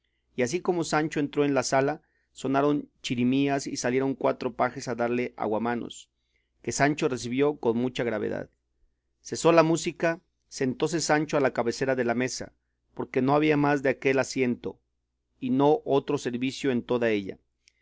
y así como sancho entró en la sala sonaron chirimías y salieron cuatro pajes a darle aguamanos que sancho recibió con mucha gravedad cesó la música sentóse sancho a la cabecera de la mesa porque no había más de aquel asiento y no otro servicio en toda ella